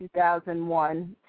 2001